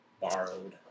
borrowed